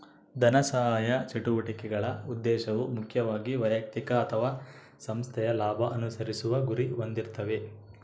ಧನಸಹಾಯ ಚಟುವಟಿಕೆಗಳ ಉದ್ದೇಶವು ಮುಖ್ಯವಾಗಿ ವೈಯಕ್ತಿಕ ಅಥವಾ ಸಂಸ್ಥೆಯ ಲಾಭ ಅನುಸರಿಸುವ ಗುರಿ ಹೊಂದಿರ್ತಾವೆ